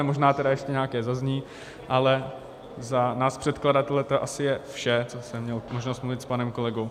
Možná ještě nějaké zazní, ale za nás předkladatele to asi je vše, co jsem měl možnost mluvit s panem kolegou.